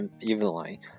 evenly